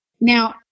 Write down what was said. Now